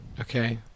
Okay